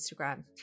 Instagram